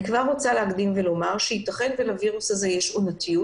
אני רוצה לומר שייתכן שיש היבט של עונתיות